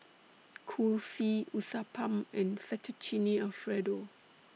Kulfi Uthapam and Fettuccine Alfredo